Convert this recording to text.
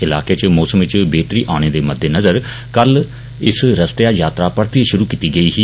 इलाकें इच मौसम इच बेहतरी औने दे मद्देनज़र कल इस रस्तेआ यात्रा परतियै श़ुरू कीती गेई ही